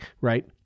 right